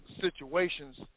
situations